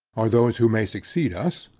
or those who may succeed us,